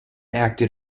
acted